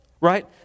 Right